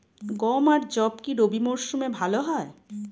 গম আর যব কি রবি মরশুমে ভালো হয়?